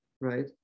right